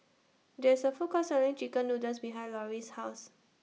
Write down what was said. There IS A Food Court Selling Chicken Noodles behind Lauri's House